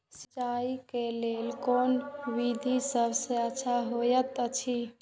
सिंचाई क लेल कोन विधि सबसँ अच्छा होयत अछि?